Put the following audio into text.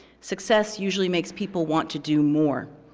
success usually makes people want to do more.